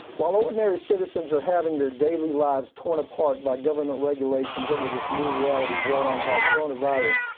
while ordinary citizens are having their daily lives torn apart by government regulations under this new reality brought on by coronavirus,